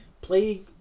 play